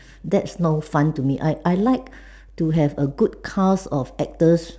that's no fun to me I I like to have a good cast of actors